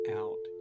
out